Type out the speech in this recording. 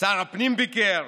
שר הפנים ביקר,